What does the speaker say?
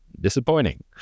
disappointing